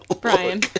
Brian